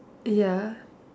ya